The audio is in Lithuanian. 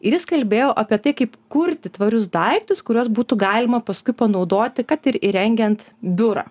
ir jis kalbėjo apie tai kaip kurti tvarius daiktus kuriuos būtų galima paskui panaudoti kad ir įrengiant biurą